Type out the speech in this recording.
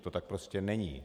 To tak prostě není.